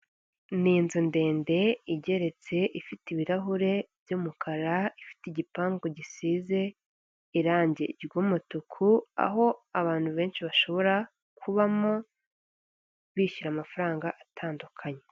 Ni inzu ndende igeretse ifite ibirahure by'umukara, ifite igipangu gisize irangi ry'umutuku, aho abantu benshi bashobora kubamo bishyura amafaranga atandukanye.